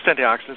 antioxidants